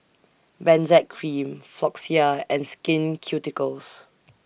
Benzac Cream Floxia and Skin Ceuticals